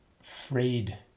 frayed